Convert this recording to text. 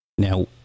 Now